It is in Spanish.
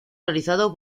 realizado